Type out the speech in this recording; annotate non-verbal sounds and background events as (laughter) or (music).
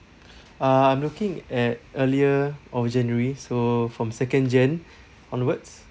uh I'm looking at earlier of january so from second jan (breath) onwards